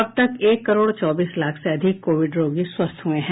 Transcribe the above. अब तक एक करोड चौबीस लाख से अधिक कोविड रोगी स्वस्थ हुए हैं